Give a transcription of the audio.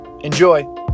Enjoy